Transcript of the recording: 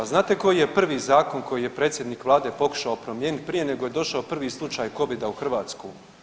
Znate koji je prvi zakon koji je predsjednik Vlade pokušao promijeniti prije nego je došao prvi slučaj Covida u Hrvatsku?